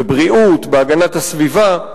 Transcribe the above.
בבריאות, בהגנת הסביבה?